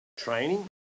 training